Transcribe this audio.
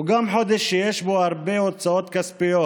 הוא גם חודש שיש בו הרבה הוצאות כספיות.